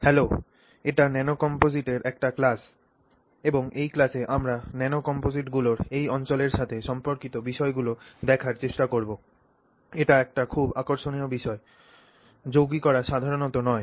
hello এটি ন্যানোকম্পোজিটের একটি ক্লাস এবং এই ক্লাসে আমরা ন্যানো কমপোজিটগুলির এই অঞ্চলের সাথে সম্পর্কিত বিষয়গুলি দেখার চেষ্টা করব এটি একটি খুব আকর্ষণীয় বিষয় যৌগিকরা সাধারণত হয়